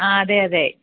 ആ അതേ അതേ